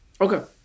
okay